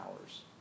hours